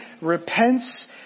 repents